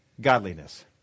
godliness